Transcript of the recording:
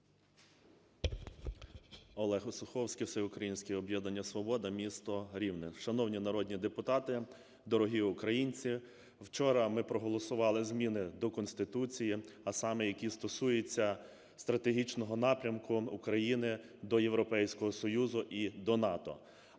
Олег Осуховський, Всеукраїнське об'єднання "Свобода", місто Рівне. Шановні народні депутати! Дорогі українці! Вчора ми проголосували зміни до Конституції, а саме, які стосуються стратегічного напрямку України до Європейського Союзу і до НАТО.